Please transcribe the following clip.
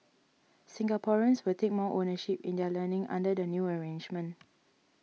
Singaporeans will take more ownership in their learning under the new arrangement